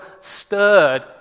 stirred